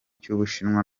cy’ubushinwa